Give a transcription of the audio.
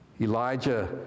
Elijah